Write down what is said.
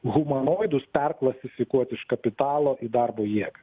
humanoidus perklasifikuot iš kapitalo į darbo jėgą